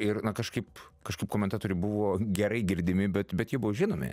ir na kažkaip kažkaip komentatoriai buvo gerai girdimi bet bet jie buvo žinomi